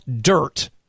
dirt